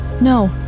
No